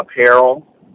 apparel